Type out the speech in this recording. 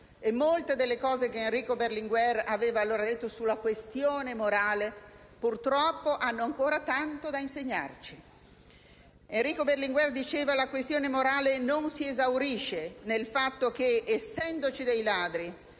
molte delle cose che disse allora sulla questione morale purtroppo hanno ancora tanto da insegnarci. Enrico Berlinguer diceva che: «La questione morale non si esaurisce nel fatto che, essendoci ladri,